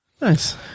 Nice